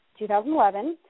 2011